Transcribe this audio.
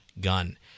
gun